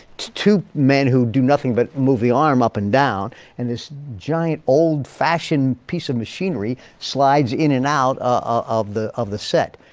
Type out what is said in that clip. two men who do nothing but move the arm up and down and this giant old fashioned piece of machinery slides in and out of the of the set.